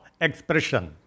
expression